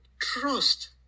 trust